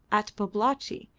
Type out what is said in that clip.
at babalatchi,